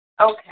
Okay